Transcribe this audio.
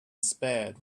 spared